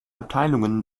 abteilungen